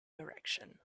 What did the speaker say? direction